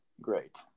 great